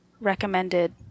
recommended